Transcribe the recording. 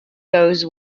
goes